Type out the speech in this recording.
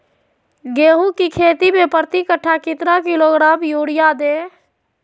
गेंहू की खेती में प्रति कट्ठा कितना किलोग्राम युरिया दे?